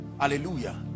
hallelujah